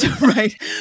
Right